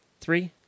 Three